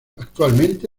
actualmente